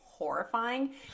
horrifying